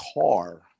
car